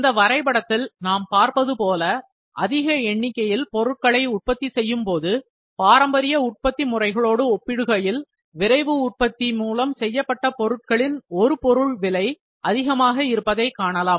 இந்த வரைபடத்தில் நாம் பார்ப்பது போல அதிக எண்ணிக்கையில் பொருட்களை உற்பத்தி செய்யும் போது பாரம்பரிய உற்பத்தி முறைகளோடு ஒப்பிடுகையில் விரைவு உற்பத்தி செய்யப்பட்ட பொருட்களின் ஒரு பொருள் விலை அதிகமாக இருப்பதை காணலாம்